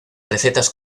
recetas